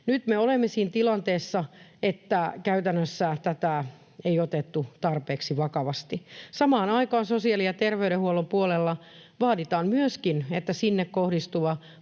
Nyt me olemme siinä tilanteessa, että käytännössä tätä ei otettu tarpeeksi vakavasti. Samaan aikaan sosiaali‑ ja terveydenhuollon puolella vaaditaan myöskin, että sinne kohdistuva